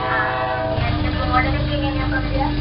ആ ആ ഓക്കെ അതിൻ്റെ മോഡലൊക്കെ എങ്ങനെയാണ് അപ്പോൾ വരിക